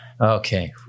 Okay